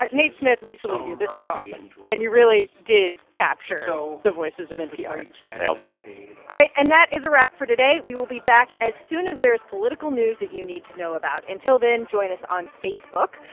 nate smith, we salute you. this was awesome. and you really did capture so the voices of npr nailed it all right. and that is a wrap for today. we will be back as soon as there is political news that you need to know about. until then, join us on facebook.